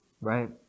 Right